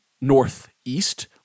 northeast